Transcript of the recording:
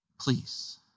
please